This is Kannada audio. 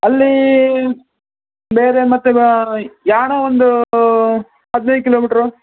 ಅಲ್ಲಿ ಬೇರೆ ಮತ್ತೆ ವಾ ಯಾಣ ಒಂದು ಹದಿನೈದು ಕಿಲೋಮೀಟ್ರು